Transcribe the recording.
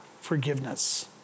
forgiveness